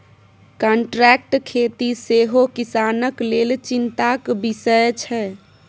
contract खेती सेहो किसानक लेल चिंताक बिषय छै